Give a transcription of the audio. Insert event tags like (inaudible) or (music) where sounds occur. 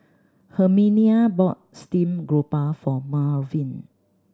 Herminia bought (unintelligible) grouper for Melvyn